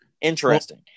interesting